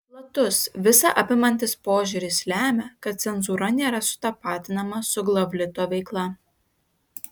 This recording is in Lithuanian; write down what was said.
platus visa apimantis požiūris lemia kad cenzūra nėra sutapatinama su glavlito veikla